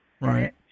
Right